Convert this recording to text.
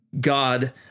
God